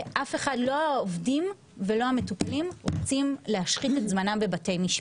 אף אחד לא העובדים ולא המטופלים רוצים להשחית את זמנם בבתי משפט.